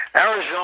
Arizona